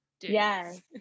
Yes